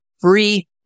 free